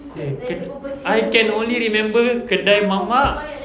eh ke~ I can only remember kedai mamak